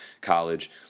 college